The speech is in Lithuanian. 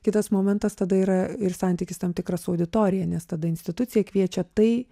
kitas momentas tada yra ir santykis tam tikras auditorija nes tada institucija kviečia tai